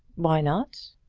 why not?